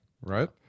right